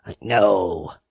No